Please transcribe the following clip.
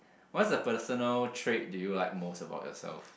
what's a personal trait do you like most about yourself